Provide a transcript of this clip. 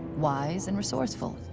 wise, and resourceful.